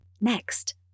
Next